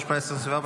התשפ"ה 2024,